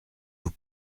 vous